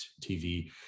TV